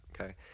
Okay